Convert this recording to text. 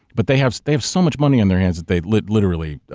but they have they have so much money on their hands that they like literally,